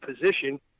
position